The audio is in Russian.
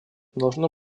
должно